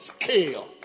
scale